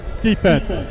defense